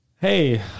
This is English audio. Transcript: Hey